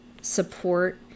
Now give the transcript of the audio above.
support